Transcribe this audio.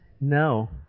No